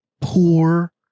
poor